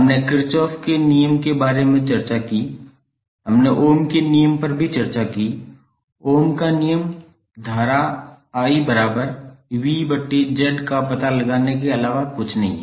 हमने किरचॉफ के नियम के बारे में चर्चा की हमने ओम के नियम पर भी चर्चा की ओह्म का नियम धारा 𝐼𝑉𝑍 का पता लगाने के अलावा कुछ नहीं है